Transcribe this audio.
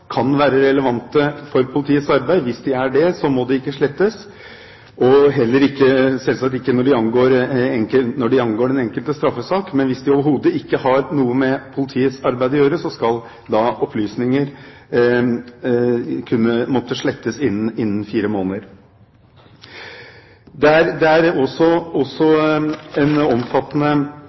kan være relevante for politiets arbeid. Hvis de er det, må de ikke slettes, og selvsagt heller ikke når de angår den enkelte straffesak. Men hvis de overhodet ikke har noe med politiets arbeid å gjøre, skal opplysninger kunne slettes innen fire måneder. Det er også en omfattende omtale i lovverket rundt vandelskontroll og politiattester knyttet til det. Det er